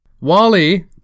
Wally